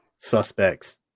Suspects